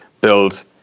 Build